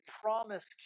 promise